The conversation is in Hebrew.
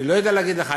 אני לא יודע להגיד לך.